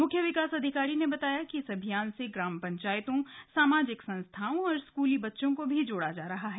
मुख्य विकास अधिकारी ने बताया कि इस अभियान से ग्राम पंचायतों सामाजिक संस्थाओं और स्कूली बच्चों को भी जोड़ा जा रहा है